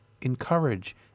encourage